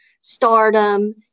stardom